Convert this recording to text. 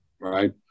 right